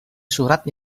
surat